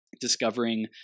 discovering